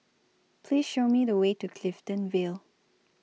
Please Show Me The Way to Clifton Vale